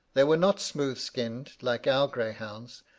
they were not smooth-skinned, like our greyhounds,